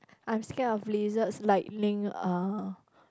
I'm scared of lizards lightning uh